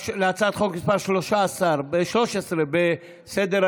בעד הצעת החוק הצביעו 13 חברי כנסת,